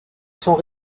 sont